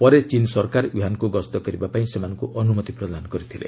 ପରେ ଚୀନ୍ ସରକାର ଓ୍ୱହାନ୍କୁ ଗସ୍ତ କରିବାପାଇଁ ସେମାନଙ୍କୁ ଅନୁମତି ପ୍ରଦାନ କରିଥିଲେ